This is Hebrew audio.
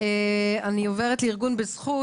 ארגון בזכות.